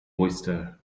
oyster